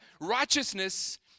righteousness